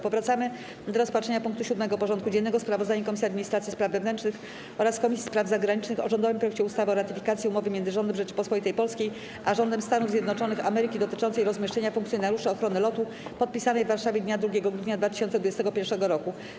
Powracamy do rozpatrzenia punktu 7. porządku dziennego: Sprawozdanie Komisji Administracji i Spraw Wewnętrznych oraz Komisji Spraw Zagranicznych o rządowym projekcie ustawy o ratyfikacji Umowy między Rządem Rzeczypospolitej Polskiej a Rządem Stanów Zjednoczonych Ameryki dotyczącej rozmieszczenia funkcjonariuszy ochrony lotu, podpisanej w Warszawie dnia 2 grudnia 2021 r.